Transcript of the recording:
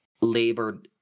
labor